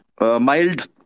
mild